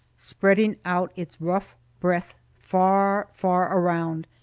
spreading out its rough breadth far, far around,